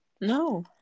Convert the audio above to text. no